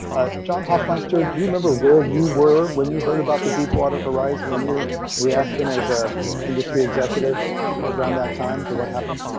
ah, john hofmeister do you remember where you were when you heard about the deepwater horizon and your reaction as a industry? executive around that time to what happened?